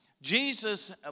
Jesus